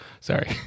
Sorry